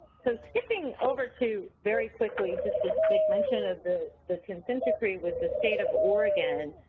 so skipping over to, very quickly, just a quick mention of the the consent decree with the state of oregon,